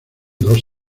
dos